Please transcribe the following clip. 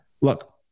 look